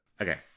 Okay